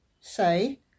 Say